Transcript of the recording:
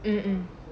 mmhmm